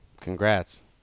Congrats